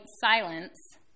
Silence